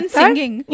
singing